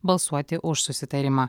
balsuoti už susitarimą